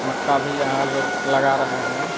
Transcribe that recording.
मक्का भी यहाँ लोग लगा रहे हैं